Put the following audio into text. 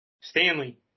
Stanley